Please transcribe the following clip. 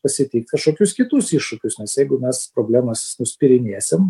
pasitikt kažkokius kitus iššūkius nes jeigu mes problemas nuspirinėsim